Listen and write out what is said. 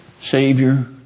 Savior